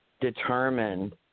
determine